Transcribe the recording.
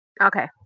Okay